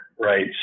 right